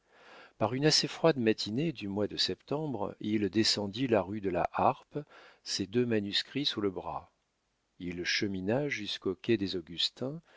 par une assez froide matinée du mois de septembre il descendit la rue de la harpe ses deux manuscrits sous le bras il chemina jusqu'au quai des augustins